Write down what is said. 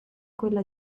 quella